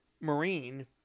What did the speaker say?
Marine